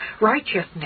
righteousness